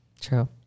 true